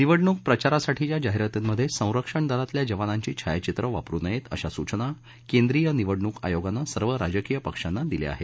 निवडणूक प्रचारासाठीच्या जाहिरातींमध्ये संरक्षण दलातल्या जवानांची छायाचित्रं वापरू नयेत अशा सुचना केंद्रीय निवडणूक आयोगाने सर्व राजकीय पक्षांना दिल्या आहेत